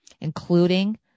including